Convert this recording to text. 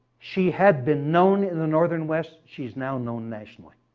she had been known in the northern west she's now known nationally.